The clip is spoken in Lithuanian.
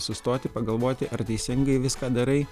sustoti pagalvoti ar teisingai viską darai